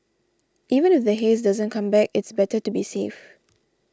even if the haze doesn't come back it's better to be safe